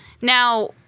Now